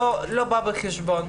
זה לא בא בחשבון.